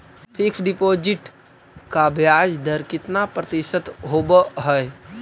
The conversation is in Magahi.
फिक्स डिपॉजिट का ब्याज दर कितना प्रतिशत होब है?